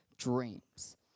Dreams